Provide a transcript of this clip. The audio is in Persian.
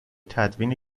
تدوین